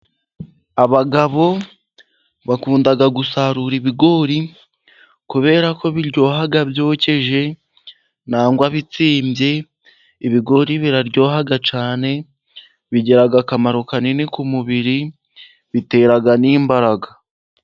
Abagabo bakunda gusarura ibigori kubera ko biryoha byokeje, cyangwa bitsembye, ibigori biraryoha cyane, bigira akamaro kanini ku mubiri, bitera n'imbaraga.